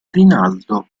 rinaldo